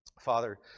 Father